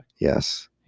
yes